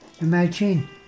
Imagine